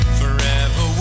forever